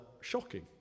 shocking